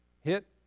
hit